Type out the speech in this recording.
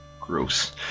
Gross